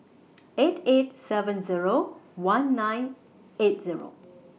eight eight seven Zero one nine eight Zero